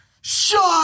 shot